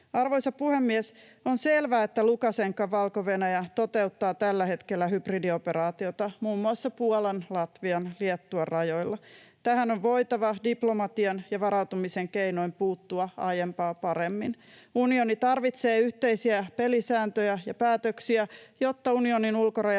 Arvoisa puhemies! On selvää, että Lukašenkan Valko-Venäjä toteuttaa tällä hetkellä hybridioperaatiota muun muassa Puolan-, Latvian- ja Liettuan-rajoilla. Tähän on voitava diplomatian ja varautumisen keinoin puuttua aiempaa paremmin. Unioni tarvitsee yhteisiä pelisääntöjä ja päätöksiä, jotta unionin